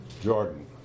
Jordan